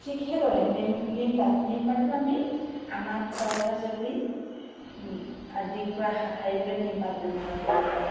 ঠিক সেইদৰে নিম নিমপাত নিমপাতো আমি আমাৰ খৰ খজুলি আদিৰপৰা হাত সাৰিবলৈ নিমপাত ব্যৱহাৰ কৰিব পাৰোঁ